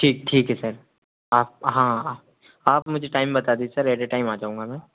ठीक ठीक है सर हाँ आप मुझे टाइम बता दीजिए उसी टाइम आ जाऊँगा मैं